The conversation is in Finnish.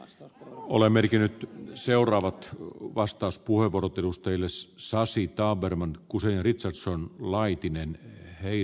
osa ole merkinnyt seuraavaksi vastauspuheenvuorot edustajille se saisi taberman kusiner i saksa niin sanottua sosiaalitupoa